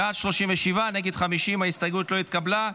בעד, 37, נגד, 50. ההסתייגות לא התקבלה.